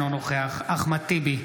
אינו נוכח אחמד טיבי,